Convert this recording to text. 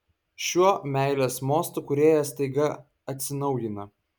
šiuo meilės mostu kūrėjas staiga atsinaujina